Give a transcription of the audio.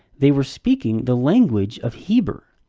they were speaking the language of heber,